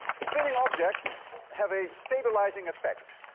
spinning objects have a stabilizing effect.